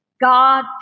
God